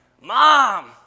Mom